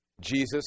Jesus